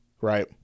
right